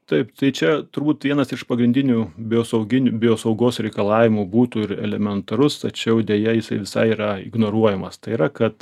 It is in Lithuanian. taip tai čia turbūt vienas iš pagrindinių biosauginių biosaugos reikalavimų būtų ir elementarus tačiau deja jisai visai yra ignoruojamas tai yra kad